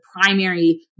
primary